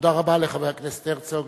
תודה רבה לחבר הכנסת הרצוג,